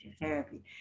therapy